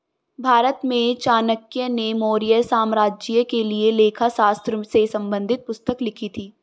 भारत में चाणक्य ने मौर्य साम्राज्य के लिए लेखा शास्त्र से संबंधित पुस्तक लिखी थी